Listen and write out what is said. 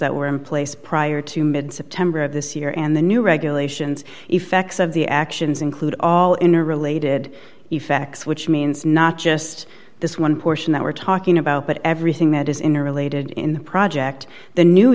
that were in place prior to mid september of this year and the new regulations effects of the actions include all interrelated effects which means not just this one portion that we're talking about but everything that is in or related in the project the new